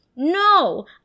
No